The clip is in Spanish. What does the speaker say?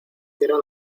cierra